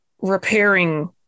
repairing